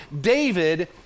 David